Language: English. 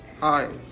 Hi